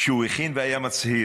שהוא הכין, והיה מצהיר: